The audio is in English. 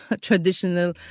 traditional